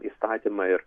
įstatymą ir